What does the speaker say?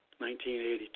1982